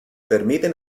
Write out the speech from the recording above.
permiten